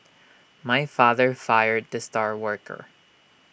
my father fired the star worker